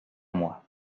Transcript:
moi